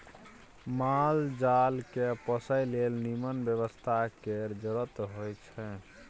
माल जाल केँ पोसय लेल निम्मन बेवस्था केर जरुरत होई छै